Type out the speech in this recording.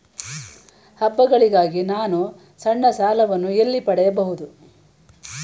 ಹಬ್ಬಗಳಿಗಾಗಿ ನಾನು ಸಣ್ಣ ಸಾಲಗಳನ್ನು ಎಲ್ಲಿ ಪಡೆಯಬಹುದು?